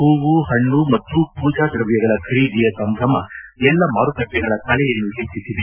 ಹೂವು ಪಣ್ಣು ಮತ್ತು ಪೂಜಾ ದ್ರವ್ಯಗಳ ಖರೀದಿಯ ಸಂಭ್ರಮ ಎಲ್ಲಾ ಮಾರುಕಟ್ಟೆಗಳ ಕಳೆಯನ್ನು ಪೆಚ್ಚಿಸಿದೆ